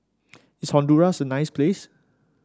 is Honduras a nice place